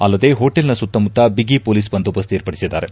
ಅಲ್ಲದೇ ಹೋಟೆಲ್ನ ಸುತ್ತಮುತ್ತ ಬಿಗಿ ಪೊಲೀಸ್ ಬಂದೋಬಸ್ತ್ ಏರ್ಪಡಿಸಿದ್ದಾರೆ